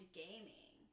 gaming